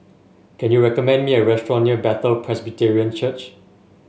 can you recommend me a restaurant near Bethel Presbyterian Church